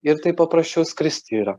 ir taip paprasčiau skrist yra